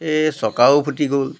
এ চকাও ফুটি গ'ল